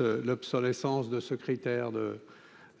l'obsolescence de critère de